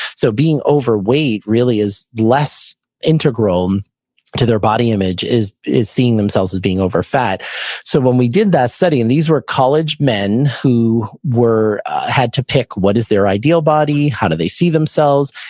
so being overweight really is less integral um to their body image, is is seeing themselves as being over fat so when we did that study, and these were college men who had to pick what is their ideal body, how do they see themselves?